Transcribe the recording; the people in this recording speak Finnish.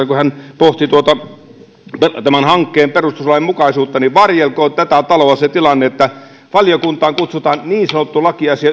kun hän pohti tämän hankkeen perustuslainmukaisuutta että varjeltakoon tätä taloa siltä tilanteelta että valiokuntaan kutsutaan yksi niin sanottu